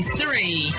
three